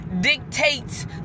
dictates